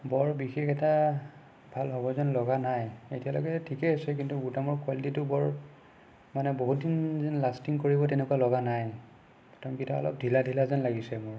বৰ বিশেষ এটা ভাল হ'ব যেন লগা নাই এতিয়ালৈকে ঠিকে আছে কিন্তু বুটামৰ কোৱালিটিটো বৰ মানে বহুত দিন যেন লাষ্টিং কৰিব তেনেকুৱা লগা নাই বুটাম কেইটা অলপ ঢিলা ঢিলা যেন লাগিছে মোৰ